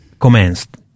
commenced